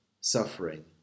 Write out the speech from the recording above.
suffering